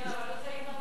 כן, אבל הוא צריך לענות.